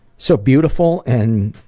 so beautiful and